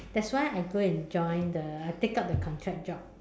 that's why I go and join the I pick up the contract job